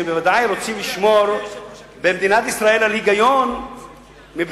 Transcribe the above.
שבוודאי הם רוצים לשמור במדינת ישראל על היגיון מבחינת,